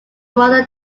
mother